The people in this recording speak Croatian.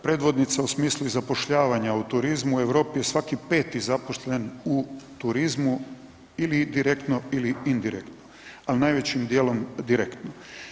Predvodnica u smislu i zapošljavanja u turizmu, u Europi je svaki peti zaposlen u turizmu ili direktno ili indirektno, al najvećim dijelom direktno.